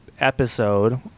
episode